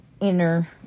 inner